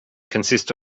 consist